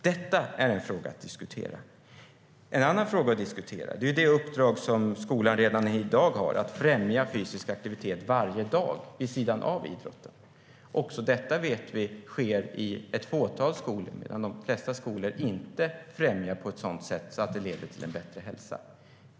Detta är en fråga att diskutera. En annan fråga att diskutera är det uppdrag skolan redan i dag har, nämligen att främja fysisk aktivitet varje dag vid sidan av idrotten. Också detta vet vi sker i ett fåtal skolor, medan de flesta skolor inte främjar detta på ett sådant sätt att det leder till en bättre hälsa.